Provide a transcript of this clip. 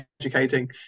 educating